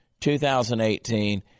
2018